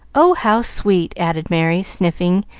oh, how sweet! added merry, sniffing,